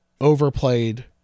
overplayed